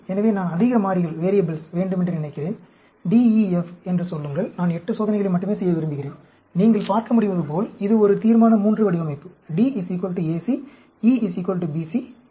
எனவே நான் அதிக மாறிகள் வேண்டும் என்று நினைக்கிறேன் D E F என்று சொல்லுங்கள் நான் 8 சோதனைகளை மட்டுமே செய்ய விரும்புகிறேன் நீங்கள் பார்க்க முடிவதுபோல் இது ஒரு தீர்மான III வடிவமைப்பு D AC E BC F ABC